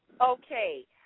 Okay